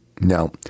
Now